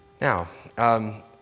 Now